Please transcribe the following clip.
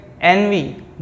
envy